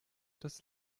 das